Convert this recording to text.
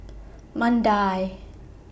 Mandai